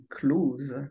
clues